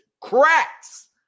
cracks